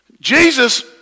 Jesus